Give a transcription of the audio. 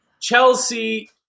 Chelsea